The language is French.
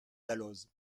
dalloz